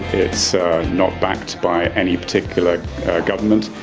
it's not backed by any particular government.